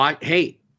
hey